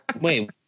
Wait